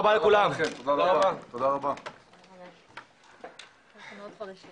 הישיבה ננעלה בשעה